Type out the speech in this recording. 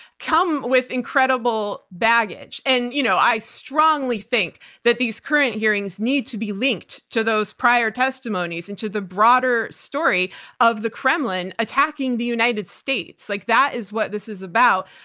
come with incredible baggage. and you know i strongly think that these current hearings need to be linked to those prior testimonies and to the broader story of the kremlin attacking the united states. like that is what this is about.